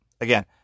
again